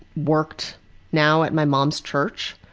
worked now at my mom's church.